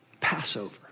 Passover